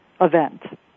event